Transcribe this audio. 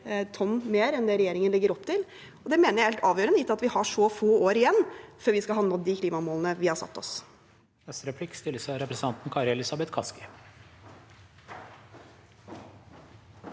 tonn mer enn det regjeringen legger opp til. Det mener jeg er helt avgjørende, gitt at vi har så få år igjen før vi skal ha nådd de klimamålene vi har satt oss.